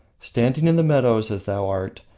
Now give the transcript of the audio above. standing in the meadows as thou art,